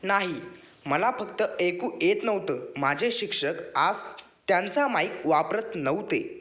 नाही मला फक्त ऐकू येत नव्हतं माझे शिक्षक आस त्यांचा माइक वापरत नऊते